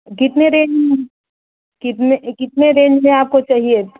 कितने रेंज कितने कितने रेंज में आपको चाहिए